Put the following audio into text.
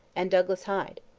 and douglas hyde.